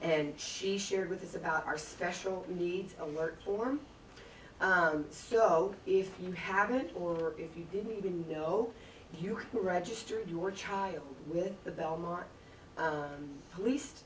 and she shared with us about our special needs alert form so if you haven't or if you didn't even know you're registered your child with the belmont police